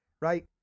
Right